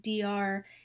DR